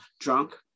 drunk